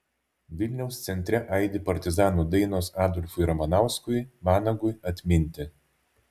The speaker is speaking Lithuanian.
vilniaus centre aidi partizanų dainos adolfui ramanauskui vanagui atminti